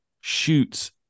shoots